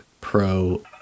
Pro